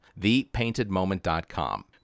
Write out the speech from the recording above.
ThePaintedMoment.com